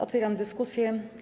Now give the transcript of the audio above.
Otwieram dyskusję.